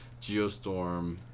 Geostorm